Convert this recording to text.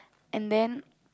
and then